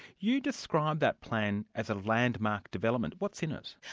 you described that plan as a landmark development. what's in it?